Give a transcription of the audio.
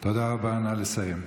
תודה רבה, נא לסיים.